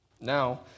Now